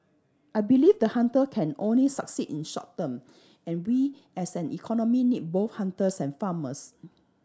I believe the hunter can only succeed in short term and we as an economy need both hunters and farmers